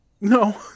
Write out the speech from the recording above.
No